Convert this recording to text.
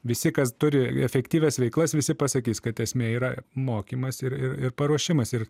visi kas turi efektyvias veiklas visi pasakys kad esmė yra mokymas ir ir ir paruošimas ir